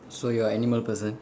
so you are animal person